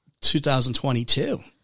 2022